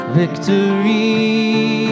victory